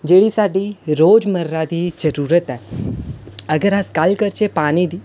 जेह्ड़ी साढ़ी रोजमर्रा दी जरूरत ऐ अगर अस गल्ल करचै पानी दी